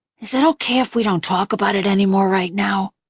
is it okay if we don't talk about it anymore right now?